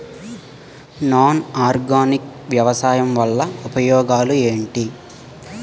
Non organic వ్యవసాయం వల్ల ఉపయోగాలు ఏంటీ?